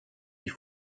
die